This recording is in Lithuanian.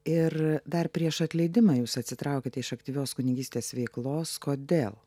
ir dar prieš atleidimą jūs atsitraukiate iš aktyvios kunigystės veiklos kodėl